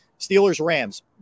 Steelers-Rams